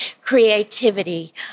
creativity